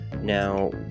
now